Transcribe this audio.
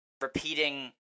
repeating